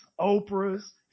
Oprah's